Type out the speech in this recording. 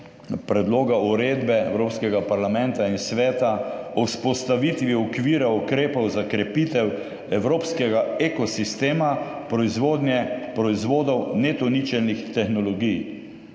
predloga uredbe Evropskega parlamenta in Evropskega sveta o vzpostavitvi okvira ukrepov za krepitev evropskega ekosistema proizvodnje proizvodov neto ničelnih tehnologij